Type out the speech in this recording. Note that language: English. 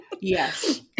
Yes